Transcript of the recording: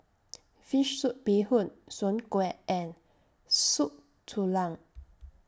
Fish Soup Bee Hoon Soon Kway and Soup Tulang